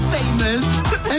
Famous